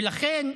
ולכן,